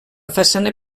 façana